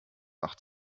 wach